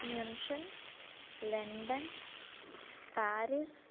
mention London Paris